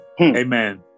Amen